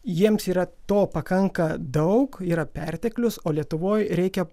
jiems yra to pakanka daug yra perteklius o lietuvoj reikia